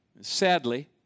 Sadly